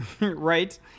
right